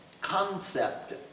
concept